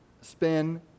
spin